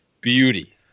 beauty